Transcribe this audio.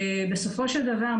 בסופו של דבר,